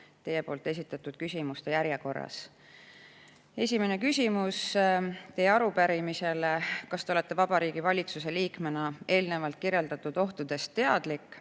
teie esitatud küsimuste järjekorras. Esimene küsimus teie arupärimises: "Kas Te olete Vabariigi Valitsuse liikmena eelnevalt kirjeldatud ohtudest teadlik?